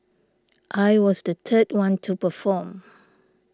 I was the third one to perform